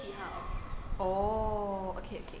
oh okay okay